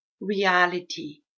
reality